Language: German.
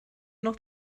noch